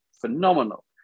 phenomenal